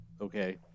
okay